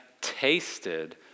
tasted